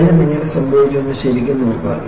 പരാജയം എങ്ങനെ സംഭവിച്ചുവെന്ന് ശരിക്കും നോക്കുക